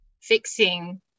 fixing